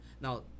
Now